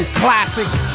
classics